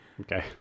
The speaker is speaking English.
Okay